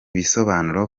bisobanuro